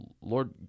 Lord